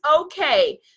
okay